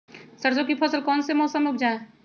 सरसों की फसल कौन से मौसम में उपजाए?